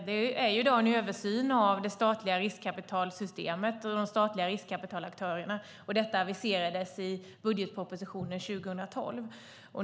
Det pågår i dag en översyn av det statliga riskkapitalsystemet och de statliga riskkapitalaktörerna. Detta aviserades i budgetpropositionen 2012.